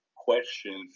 questions